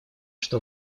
что